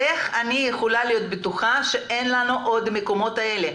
איך אני יכולה להיות בטוחה שאין לנו עוד מקומות כאלה?